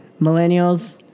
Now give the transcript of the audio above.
millennials